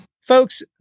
Folks